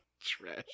Trash